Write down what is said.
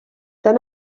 tan